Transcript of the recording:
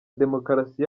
demokarasi